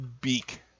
beak